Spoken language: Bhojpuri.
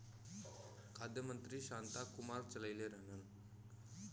खाद्य मंत्री शांता कुमार चललइले रहलन